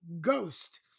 Ghost